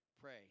pray